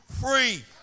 free